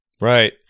Right